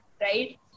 right